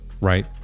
right